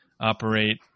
operate